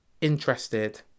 interested